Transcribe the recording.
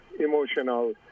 emotional